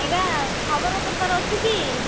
ଆଜ୍ଞା ଖବର ପେପର ଅଛି କି